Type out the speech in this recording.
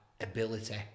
ability